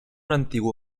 antiguo